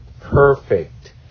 perfect